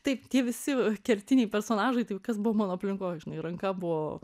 taip tie visi kertiniai personažai tai kas buvo mano aplinkoj žinai ranka buvo